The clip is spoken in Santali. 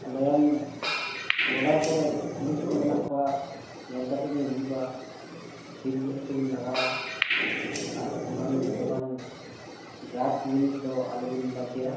ᱟᱞᱮᱨᱮᱱ ᱵᱚᱰᱟᱨ ᱠᱚᱨᱮ ᱯᱩᱞᱤᱥ ᱠᱚ ᱢᱮᱱᱟᱜ ᱠᱚᱣᱟ ᱧᱮᱞ ᱠᱟᱛᱮᱫᱵᱤᱱ ᱦᱤᱡᱩᱜᱼᱟ ᱥᱤᱴ ᱵᱮᱞᱴ ᱠᱚᱵᱤᱱ ᱞᱟᱜᱟᱣᱟ ᱟᱨ ᱮᱢᱟᱱ ᱛᱮᱢᱟᱱ ᱰᱨᱟᱠᱥ ᱡᱤᱱᱤᱥ ᱫᱚ ᱟᱞᱚᱵᱤᱱ ᱞᱟᱫᱮᱭᱟ